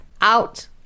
out